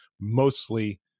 mostly